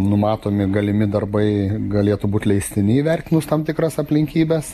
numatomi galimi darbai galėtų būt leistini įvertinus tam tikras aplinkybes